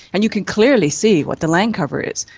and you can clearly see what the land cover is.